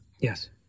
yes